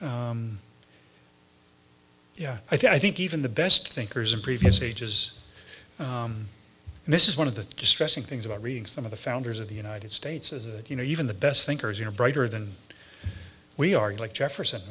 know i think even the best thinkers in previous ages and this is one of the distressing things about reading some of the founders of the united states as if you know even the best thinkers are brighter than we are like jefferson